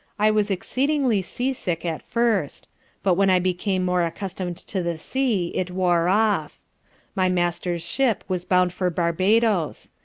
i was exceedingly sea-sick at first but when i became more accustom'd to the sea, it wore off my master's ship was bound for barbadoes.